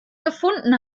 gefunden